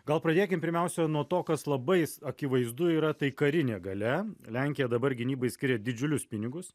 gal pradėkim pirmiausia nuo to kas labai akivaizdu yra tai karinė galia lenkija dabar gynybai skiria didžiulius pinigus